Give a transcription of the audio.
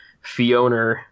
Fiona